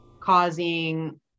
causing